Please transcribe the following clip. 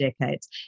decades